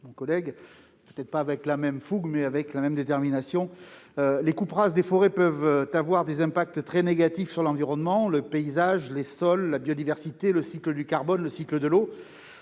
que M. Labbé, peut-être pas avec la même fougue, mais avec la même détermination. Les coupes rases de forêts peuvent avoir des impacts très négatifs sur l'environnement : paysage, sols, biodiversité, cycle du carbone, cycle de l'eau